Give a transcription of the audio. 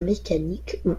mécanique